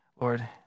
Lord